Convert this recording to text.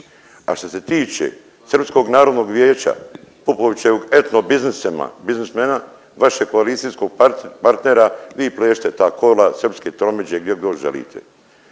a što se tiče Srpskog narodnog vijeća, Popovićevog etno biznismena, vašeg koalicijskog partnera, vi plešite ta kola srpske tromeđe gdje god želite.